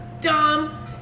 dumb